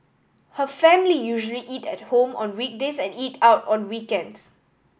her family usually eat at home on weekdays and eat out on weekends